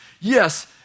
Yes